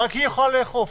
רק היא יכולה לאכוף.